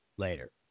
later